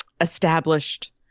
established